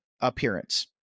appearance